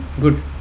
good